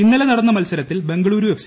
ഇന്നലെ നടന്ന മത്സരത്തിൽ ബംഗളുരു എഫ്